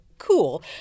Cool